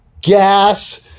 gas